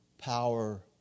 power